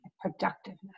productiveness